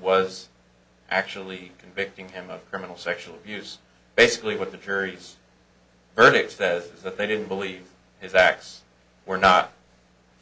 was actually convicting him of criminal sexual abuse basically what the jury's verdict says that they didn't believe his acts were not